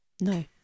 no